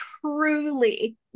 truly